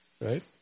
Right